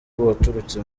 waturutse